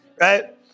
right